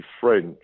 French